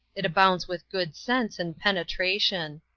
it abounds with good sense and penetration.